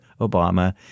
Obama